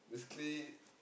basically